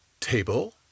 table